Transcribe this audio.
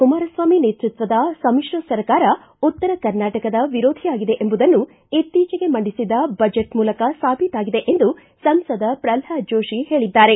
ಕುಮಾರಸ್ವಾಮಿ ನೇತೃತ್ವದ ಸಮಿಶ್ರ ಸರ್ಕಾರ ಉತ್ತರ ಕರ್ನಾಟಕದ ವಿರೋಧಿಯಾಗಿದೆ ಎಂಬುದನ್ನು ಇತ್ತೀಚೆಗೆ ಮಂಡಿಸಿದ ಬಜೆಟ್ ಮೂಲಕ ಸಾಬೀತಾಗಿದೆ ಎಂದು ಸಂಸದ ಪ್ರಲ್ಹಾದ ಜೋಶಿ ಹೇಳಿದ್ದಾರೆ